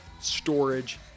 Storage